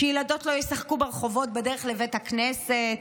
שילדות לא ישחקו ברחובות בדרך לבית הכנסת,